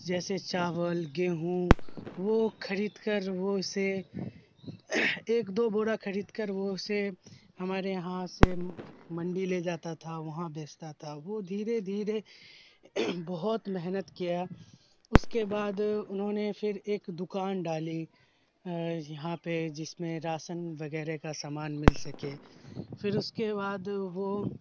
جیسے چاول گیہوں وہ خرید کر وہ اسے ایک دو بورا کھرید کر وہ اسے ہمارے یہاں سے منڈی لے جاتا تھا وہاں بیچتا تھا وہ دھیرے دھیرے بہت محنت کیا اس کے بعد انہوں نے پھر ایک دوکان ڈالی یہاں پہ جس میں راشن وغیرہ کا سامان مل سکے پھر اس کے بعد وہ